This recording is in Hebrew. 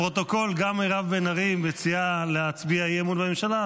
לפרוטוקול: גם מירב בן ארי מציעה להצביע אי-אמון בממשלה,